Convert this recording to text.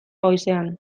goizean